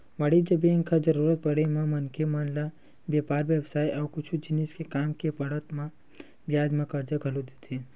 वाणिज्य बेंक ह जरुरत पड़त म मनखे मन ल बेपार बेवसाय अउ कुछु जिनिस के काम के पड़त म बियाज म करजा घलोक देथे